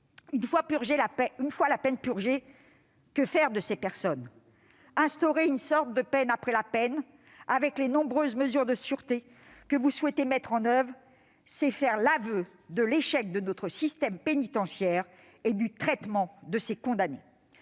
une fois la peine purgée, que faire de ces personnes ? Instaurer une sorte de peine après la peine avec les nombreuses mesures de sûreté que vous souhaitez mettre en oeuvre, c'est faire l'aveu de l'échec de notre système pénitentiaire et du traitement de ces condamnés.